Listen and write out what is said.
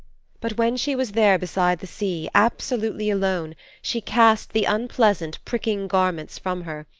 but when she was there beside the sea, absolutely alone, she cast the unpleasant, pricking garments from her,